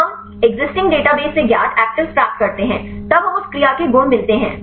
तो हम existing database से ज्ञात एक्टिविज़ प्राप्त करते हैं तब हमें उस क्रिया के गुण मिलते हैं